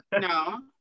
No